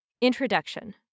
Introduction